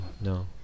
no